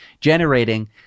generating